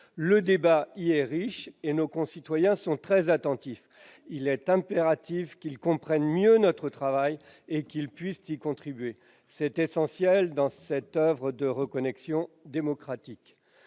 Le débat y est riche. Nos concitoyens y sont très attentifs. Il est impératif qu'ils comprennent mieux notre travail et qu'ils puissent y contribuer. C'est essentiel dans l'oeuvre de reconnexion démocratique